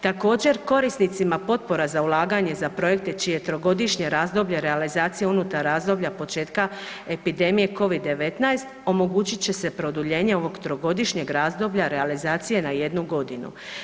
Također, korisnicima potpora za ulaganje za projekte čije trogodišnje razdoblje realizacije je unutar razdoblja početka epidemije COVID-19, omogućit će se produljenje ovog trogodišnjeg razdoblja realizacije na jednu godinu.